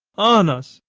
on us.